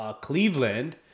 Cleveland